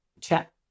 Check